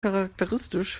charakteristisch